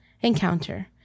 encounter